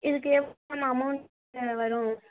இதுக்கு எவ்வளோ ma'am amount வரும்